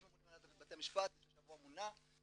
יש ממונה בהנהלת בתי המשפט, לפני שבוע מונה.